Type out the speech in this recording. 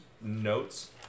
notes